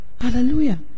Hallelujah